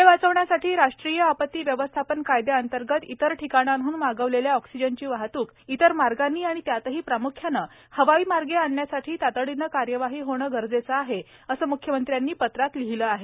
वेळ वाचविण्यासाठी राष्ट्रीय आपती व्यवस्थापन कायद्यांतर्गत इतर ठिकाणांहन मागविलेल्या ऑक्सिजनची वाहतूक इतर मार्गानी आणि त्यातही प्रामुख्याने हवाईमार्गे आणण्यासाठी तातडीने कार्यवाही होणे गरजेचे आहे असे मुख्यमंत्र्यांनी पत्रात लिहिले आहे